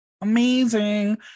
Amazing